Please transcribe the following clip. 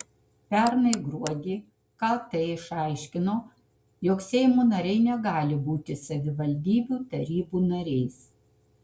pernai gruodį kt išaiškino jog seimo nariai negali būti savivaldybių tarybų nariais